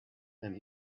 and